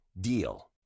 DEAL